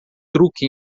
truque